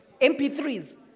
MP3s